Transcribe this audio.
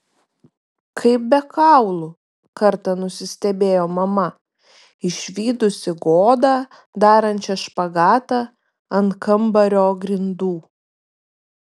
kaip be kaulų kartą nusistebėjo mama išvydusi godą darančią špagatą ant kambario grindų